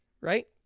Right